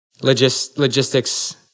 logistics